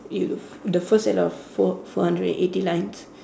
you the first set of four four hundred and eighty lines